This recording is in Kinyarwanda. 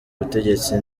butegetsi